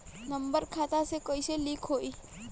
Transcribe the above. Number खाता से कईसे लिंक होई?